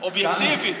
אובייקטיבית.